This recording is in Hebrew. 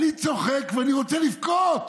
אני צוחק ואני רוצה לבכות.